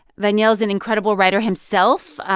daniel's an incredible writer himself.